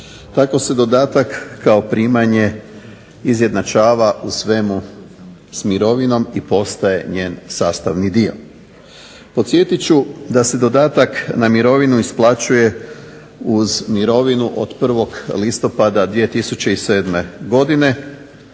Tako se dodatak kao primanje izjednačava u svemu s mirovinom i postaje njen sastavni dio. Podsjetit ću da se dodatak na mirovinu isplaćuje uz mirovinu od 1. listopada 2007. godine,